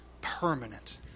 permanent